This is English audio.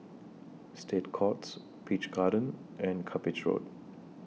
State Courts Peach Garden and Cuppage Road